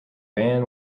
van